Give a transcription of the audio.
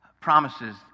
promises